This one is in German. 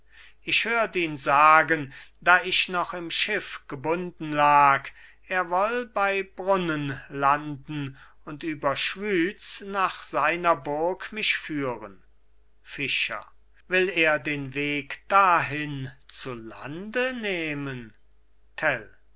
ich hört ihn sagen da ich noch im schiff gebunden lag er woll bei brunnen landen und über schwyz nach seiner burg mich führen fischer will er den weg dahin zu lande nehmen